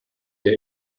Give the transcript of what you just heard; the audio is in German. der